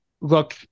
look